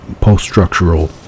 post-structural